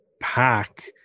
pack